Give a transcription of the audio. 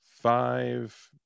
five